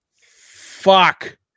fuck